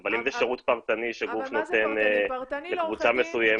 אבל אם זה שירות פרטני שגוף נותן לקבוצה מסוימת,